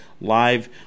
live